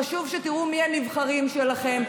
חשוב שתראו מי הנבחרים שלכם,